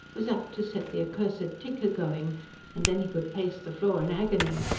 was apt to set the accursed tic a-going and then he could pace the floor in agony.